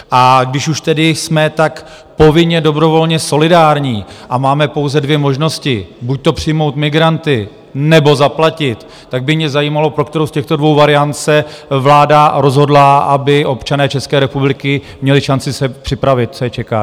A když už tedy jsme tak povinně dobrovolně solidární a máme pouze dvě možnosti, buďto přijmout migranty, nebo zaplatit, tak by mě zajímalo, pro kterou z těchto dvou variant se vláda rozhodla, aby občané České republiky měli šanci se připravit, co je čeká.